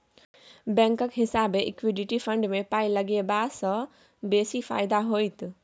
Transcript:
बैंकक हिसाबैं equity fund मे पाय लगेबासँ बेसी फायदा होइत